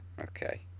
Okay